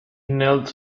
knelt